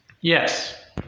Yes